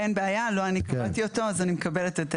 אין בעיה, לא אני קבעתי אותו אז אני מקבלת את זה.